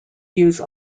use